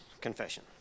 confession